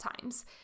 times